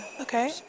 Okay